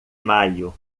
maio